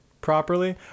properly